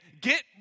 get